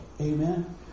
Amen